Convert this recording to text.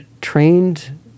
trained